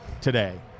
today